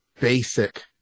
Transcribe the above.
basic